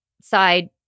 side